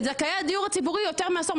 לזכאי הדיור הציבורי יותר מעשור,